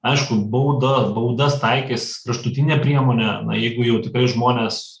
aišku bauda baudas taikys kraštutine priemone na jeigu jau jautriai žmonės